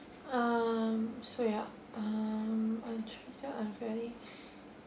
um so yeah um are treated unfairly